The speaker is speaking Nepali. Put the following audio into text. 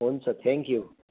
हुन्छ थ्याङ्क्यु